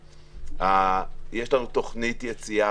יש לנו תוכנית יציאה,